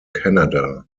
canada